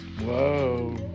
Whoa